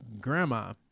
Grandma